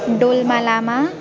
Dolma Lama